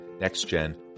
Next-Gen